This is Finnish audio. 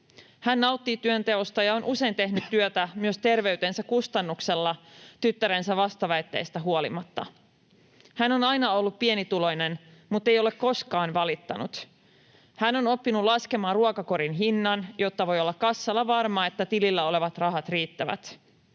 Hän nauttii työnteosta ja on usein tehnyt työtä myös terveytensä kustannuksella tyttärensä vastaväitteistä huolimatta. Hän on aina ollut pienituloinen mutta ei ole koskaan valittanut. Hän on oppinut laskemaan ruokakorin hinnan, jotta voi olla kassalla varma, että tilillä olevat rahat riittävät.